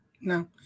no